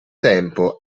tempo